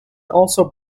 also